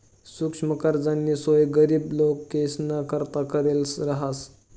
सुक्ष्म कर्जनी सोय गरीब लोकेसना करता करेल रहास